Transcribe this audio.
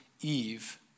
Eve